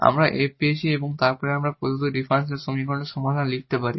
আমরা f পেয়েছি এবং তারপর আমরা প্রদত্ত ডিফারেনশিয়াল সমীকরণের সমাধান লিখতে পারি